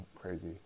crazy